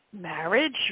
marriage